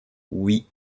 oui